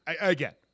Again